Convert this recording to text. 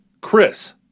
Chris